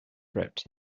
prepped